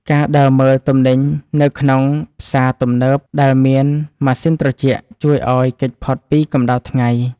ការដើរមើលទំនិញនៅក្នុងផ្សារទំនើបដែលមានម៉ាស៊ីនត្រជាក់ ជួយឱ្យគេចផុតពីកម្តៅថ្ងៃ។